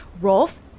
Rolf